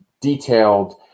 detailed